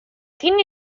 tiene